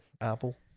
Apple